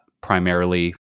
primarily